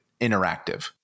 interactive